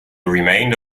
remained